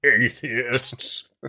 atheists